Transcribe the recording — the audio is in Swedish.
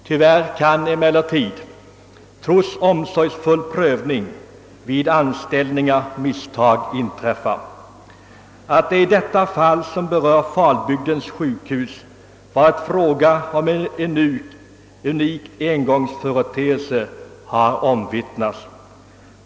Tyvärr kan emellertid trots omsorgsfull prövning vid anställningar misstag inträffa. Att det i det aktuella fallet på Falbygdens sjukhus varit fråga om en unik engångsföreteelse har även omvittnats.